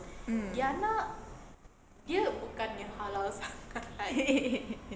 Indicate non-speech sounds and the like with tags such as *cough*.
mm *laughs*